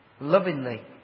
Lovingly